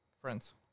friends